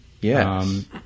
Yes